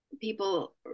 people